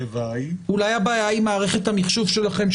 אולי הבעיה היא מערכת המחשוב שלכם,